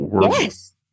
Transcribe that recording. Yes